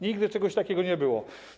Nigdy czegoś takiego nie było.